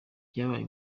byabaye